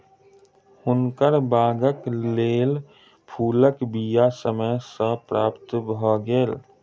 हुनकर बागक लेल फूलक बीया समय सॅ प्राप्त भ गेल